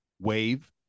wave